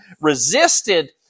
resisted